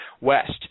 West